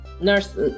nurse